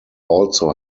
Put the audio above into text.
also